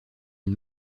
une